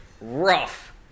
rough